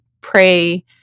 pray